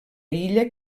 illa